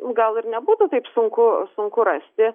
gal ir nebūtų taip sunku sunku rasti